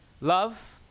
Love